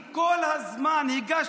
אני רוצה להגיד לרע"מ,